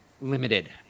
limited